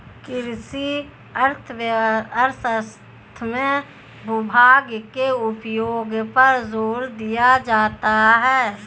कृषि अर्थशास्त्र में भूभाग के उपयोग पर जोर दिया जाता है